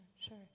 sure